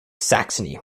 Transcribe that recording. saxony